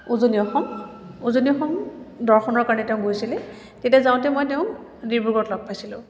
উজনি অসম উজনি অসম দৰ্শনৰ কাৰণে তেওঁ গৈছিলে তেতিয়া যাওঁতে মই তেওঁক ডিব্ৰুগড়ত লগ পাইছিলোঁ